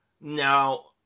Now